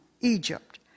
Egypt